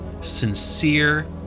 sincere